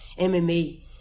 MMA